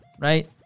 right